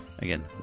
Again